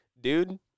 dude